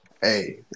Hey